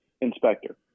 inspector